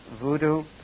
voodoo